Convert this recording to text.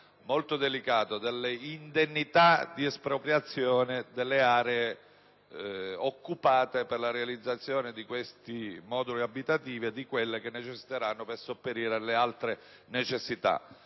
molto delicato delle indennità di espropriazione delle aree occupate per la realizzazione di moduli abitativi e di quelle che necessiteranno per sopperire alle altre esigenze.